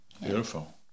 beautiful